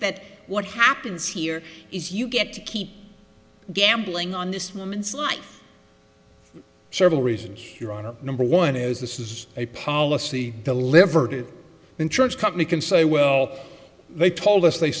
that what happens here is you get to keep gambling on this woman's life several reasons your honor number one is this is a policy the liver to insurance company can say well they told us they